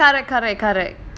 oh correct correct correct